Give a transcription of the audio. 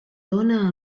dóna